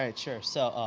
um sure, so,